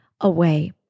away